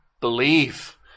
believe